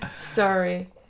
Sorry